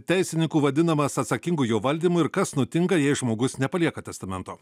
teisininkų vadinamas atsakingu jo valdymu ir kas nutinka jei žmogus nepalieka testamento